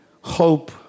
hope